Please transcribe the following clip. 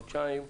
חודשיים,